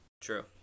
True